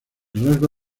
rasgo